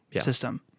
system